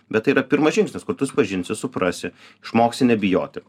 bet tai yra pirmas žingsnis kur tu susipažinsi suprasi išmoksi nebijoti